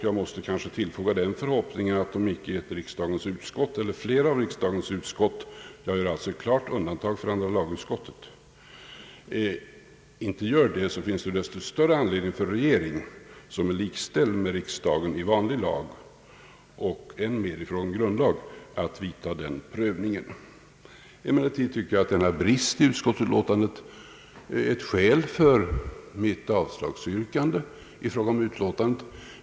Jag måste kanske tillfoga att om flera av riksdagens utskott — jag gör ett klart undantag för andra lagutskottet — inte prövar grundlagsenligheten, så finns det desto större anledning för regeringen, som är likställd med riksdagen i fråga om vanlig lag, att än mer i fråga om grundlag, företa den prövningen. Emellertid tycker jag att denna brist i utskottsutlåtandet är ett skäl för mitt avslagsyrkande i fråga om utlåtandet.